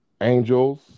Angels